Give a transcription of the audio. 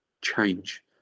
change